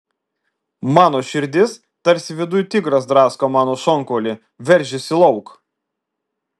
mano širdis tarsi viduj tigras drasko mano šonkaulį veržiasi lauk